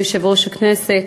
אדוני יושב-ראש הכנסת,